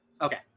Okay